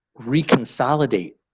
reconsolidate